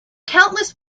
countless